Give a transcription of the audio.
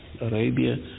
Arabia